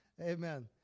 amen